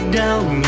down